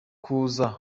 kuza